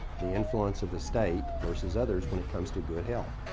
the influence of the state versus others when it comes to good health.